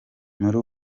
muri